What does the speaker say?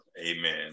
Amen